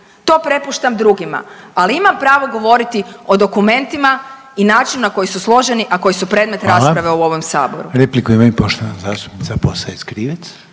To prepuštam drugima. Ali imam pravo govoriti o dokumentima i načinu na koji su složeni, a koji su predmet rasprave u ovom Saboru. **Reiner, Željko (HDZ)** Hvala. Repliku ima i poštovana zastupnica Posavec-Krivec.